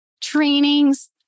trainings